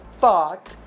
fuck